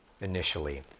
initially